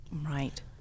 Right